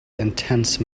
intense